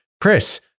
Chris